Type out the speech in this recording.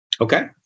Okay